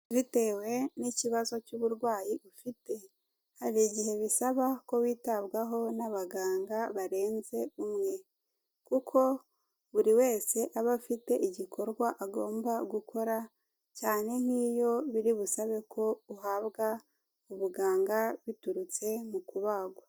Bitewe n'ikibazo cy'uburwayi ufite hari igihe bisaba ko witabwaho n'abaganga barenze umwe kuko buri wese aba afite igikorwa agomba gukora cyane n'iyo biri busabe ko uhabwa ubuganga biturutse mu kubagwa.